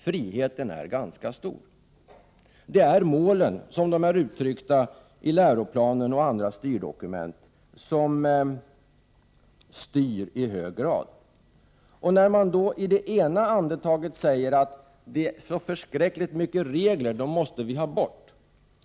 Friheten är ganska stor. Det är målen, som de är uttryckta i läroplanen och andra styrdokument, som styr i hög grad. I det ena andetaget säger man att det är så förskräckligt mycket regler, dem måste vi ha bort.